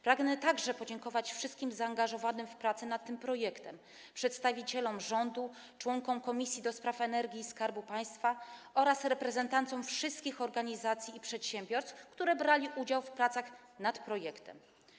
Pragnę także podziękować wszystkim zaangażowanym w prace nad tym projektem: przedstawicielom rządu, członkom Komisji do Spraw Energii i Skarbu Państwa oraz reprezentantom wszystkich organizacji i przedsiębiorstw, którzy brali udział w pracach nad projektem.